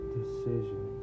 decision